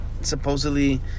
supposedly